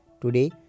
Today